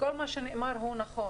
וכל מה שנאמר הוא נכון.